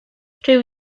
rhyw